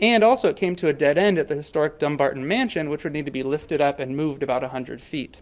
and also it came to a dead end at the historic dumbarton mansion which would need to be lifted up and moved about one hundred feet.